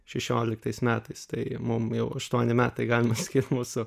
šešioliktais metais tai mum jau aštuoni metai galima skirt mūsų